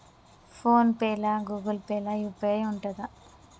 Phone pay లా Google Pay లా UPI ఉంటదా?